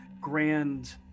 grand